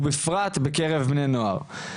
ובפרט בקרב בני נוער.